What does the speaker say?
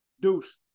Deuce